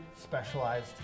specialized